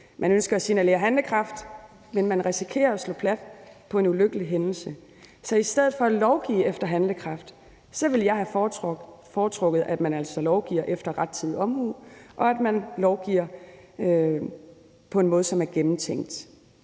Man ønsker at signalere handlekraft, men man risikerer at slå plat på en ulykkelig hændelse. Så i stedet for at lovgive efter handlekraft ville jeg have foretrukket, at man altså lovgiver efter rettidig omhu, og at man lovgiver på en måde, som er gennemtænkt